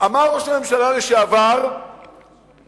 אמר ראש הממשלה לשעבר אתמול,